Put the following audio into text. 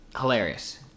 hilarious